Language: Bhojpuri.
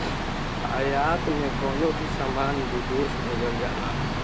आयात में कवनो भी सामान विदेश भेजल जाला